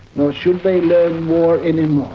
nor should they learn war any